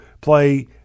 play